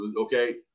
okay